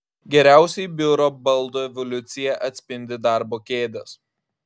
geriausiai biuro baldų evoliuciją atspindi darbo kėdės